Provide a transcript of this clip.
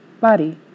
Body